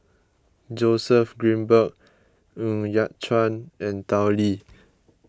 Joseph Grimberg Ng Yat Chuan and Tao Li